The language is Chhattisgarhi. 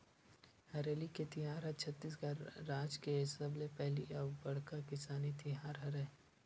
हरेली के तिहार ह छत्तीसगढ़ राज के सबले पहिली अउ बड़का किसानी तिहार हरय